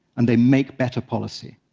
and they make better policy.